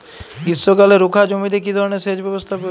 গ্রীষ্মকালে রুখা জমিতে কি ধরনের সেচ ব্যবস্থা প্রয়োজন?